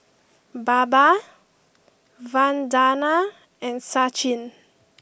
Baba Vandana and Sachin